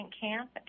camp